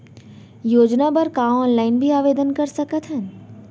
योजना बर का ऑनलाइन भी आवेदन कर सकथन?